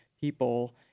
people